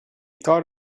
thought